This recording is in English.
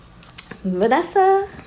Vanessa